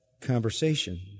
conversation